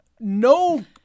no